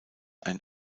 ein